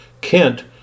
Kent